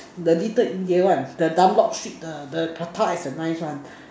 the little India one the Dunlop street the the prata is the nice one